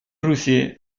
грузии